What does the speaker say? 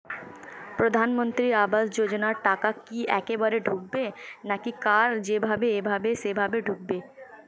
প্রধানমন্ত্রী আবাস যোজনার টাকা কি একবারে ঢুকবে নাকি কার যেভাবে এভাবে সেভাবে ঢুকবে?